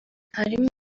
harimo